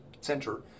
center